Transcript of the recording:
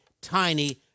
tiny